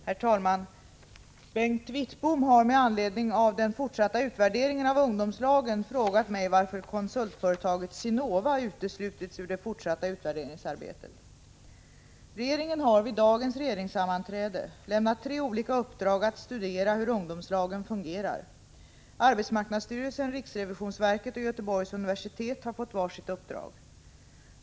Herr talman! Bengt Wittbom har med anledning av den fortsatta utvärderingen av ungdomslagen frågat mig varför konsultföretaget SINOVA uteslutits ur det fortsatta utvärderingsarbetet. Regeringen har vid dagens regeringssammanträde lämnat tre olika uppdrag att studera hur ungdomslagen fungerar. Arbetsmarknadsstyrelsen, riksrevisionsverket och Göteborgs universitet har fått var sitt uppdrag.